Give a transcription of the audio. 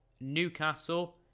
Newcastle